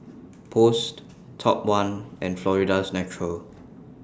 Post Top one and Florida's Natural